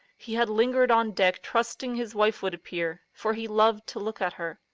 he had lingered on deck trusting his wife would appear, for he loved to look at her.